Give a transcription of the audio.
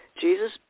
Jesus